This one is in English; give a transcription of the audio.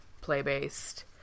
play-based